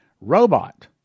Robot